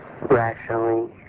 rationally